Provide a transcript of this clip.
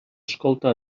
escolta